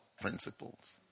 principles